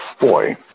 boy